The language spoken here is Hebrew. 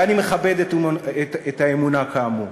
ואני מכבד את האמונה, כאמור.